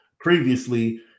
previously